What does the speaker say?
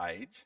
age